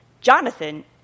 Jonathan